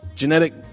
Genetic